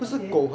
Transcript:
okay